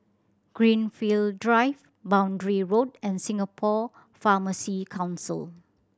Greenfield Drive Boundary Road and Singapore Pharmacy Council